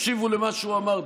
תקשיבו למה שהוא אמר,